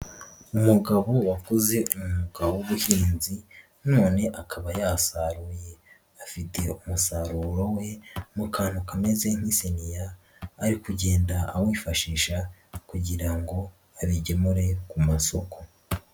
Umugabo wakoze umwuga w'ubuhinzi none akaba yasaruye, afiteho umusaruro we mu kantu kameze nk'isiniya, ari kugenda awifashisha kugira ngo abigemure ku masoko.